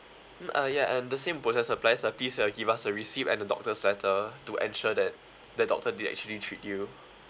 mm uh yeah and the same process applies uh please uh give us a receipt and the doctor's letter to ensure that the doctor did actually treat you